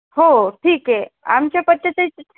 हो ठीक आहे आमच्या